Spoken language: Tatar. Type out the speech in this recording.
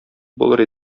булыр